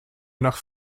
nach